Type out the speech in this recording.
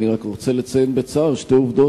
אני רק רוצה לציין בצער שתי עובדות.